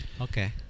Okay